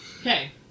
Okay